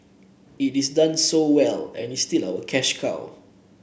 it is done so well and is still our cash cow